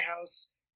house